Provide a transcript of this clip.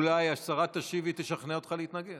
אולי השרה תשיב והיא תשכנע אותך להתנגד.